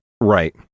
Right